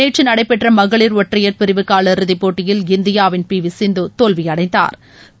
நேற்று நடைபெற்ற மகளிர் ஒற்றையர் பிரிவு காலிறுதி போட்டியில் இந்தியாவின் பி வி சிந்து தோல்வி அடைந்தாா்